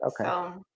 Okay